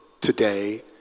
today